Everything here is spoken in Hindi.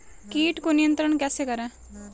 कीट को नियंत्रण कैसे करें?